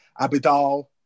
Abidal